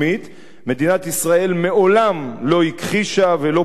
מדינת ישראל מעולם לא הכחישה ולא פעלה כדי